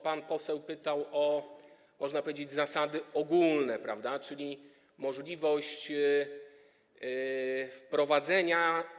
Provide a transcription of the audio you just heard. Pan poseł pytał, można powiedzieć, o zasady ogólne, czyli możliwość wprowadzenia.